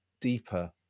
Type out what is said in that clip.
deeper